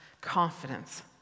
confidence